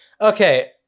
Okay